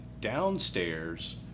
downstairs